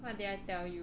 what did I tell you